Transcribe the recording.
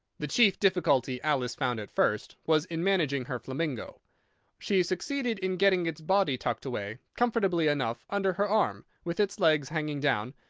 the chief difficulty alice found at first was in managing her flamingo she succeeded in getting its body tucked away, comfortably enough, under her arm, with its legs hanging down,